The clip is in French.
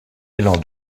élan